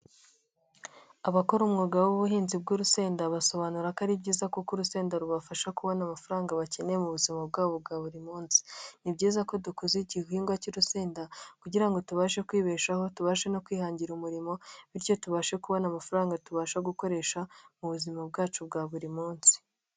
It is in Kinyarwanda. Abakora umwuga w'ubuhinzi bw'urusenda, basobanura ko ari byiza kuko urusenda rubafasha kubona amafaranga bakeneye mu buzima bwabo bwa buri munsi. Ni byiza ko dukuza igihingwa cy'urusenda, kugira ngo tubashe kwibeshaho tubashe no kwihangira umurimo, bityo tubashe kubona amafaranga tubasha gukoresha mu buzima bwacu bwa buri munsi.